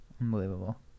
Unbelievable